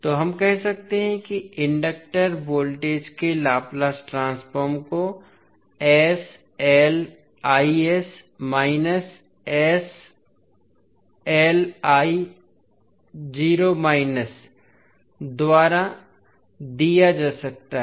तो हम कह सकते हैं कि इंडक्टर वोल्टेज के लाप्लास ट्रांसफॉर्म को द्वारा दिया जा सकता है